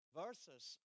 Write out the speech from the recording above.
versus